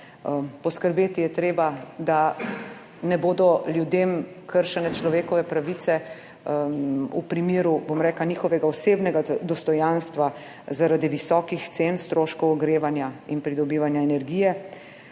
poskrbeti je treba, da ne bodo ljudem kršene človekove pravice v primeru njihovega osebnega dostojanstva zaradi visokih cen stroškov ogrevanja in pridobivanja energije.